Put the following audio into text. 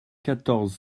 quatorze